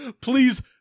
Please